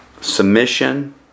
Submission